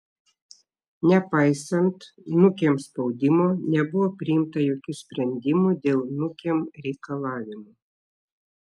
nepaisant nukem spaudimo nebuvo priimta jokių sprendimų dėl nukem reikalavimų